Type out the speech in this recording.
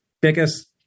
biggest